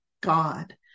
God